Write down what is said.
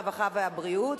הרווחה והבריאות,